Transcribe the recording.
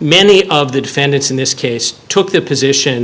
many of the defendants in this case took the position